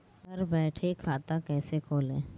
घर बैठे खाता कैसे खोलें?